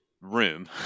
room